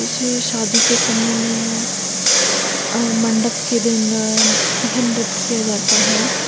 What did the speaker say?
जैसे शादी के समय में मंडप के दिन यह नृत्य किया जाता है